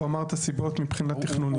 הוא אמר את הסיבות מבחינה תכנונית.